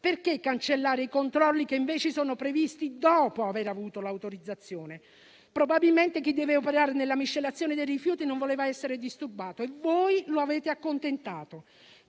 perché cancellare i controlli che invece sono previsti dopo aver avuto l'autorizzazione? Probabilmente chi deve operare nella miscelazione dei rifiuti non voleva essere disturbato e voi lo avete accontentato.